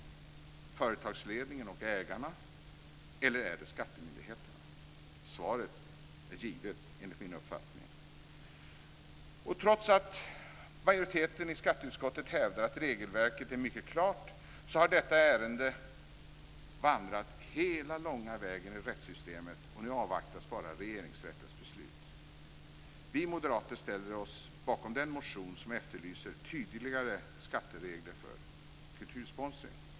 Är det företagsledningen och ägarna, eller är det skattemyndigheterna? Svaret är givet enligt min uppfattning. Trots att majoriteten i skatteutskottet hävdar att regelverket är mycket klart, har detta ärende vandrat hela långa vägen i rättssystemet, och nu avvaktas bara Regeringsrättens beslut. Vi moderater ställer oss bakom den motion som efterlyser tydligare skatteregler för kultursponsring.